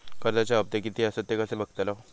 कर्जच्या हप्ते किती आसत ते कसे बगतलव?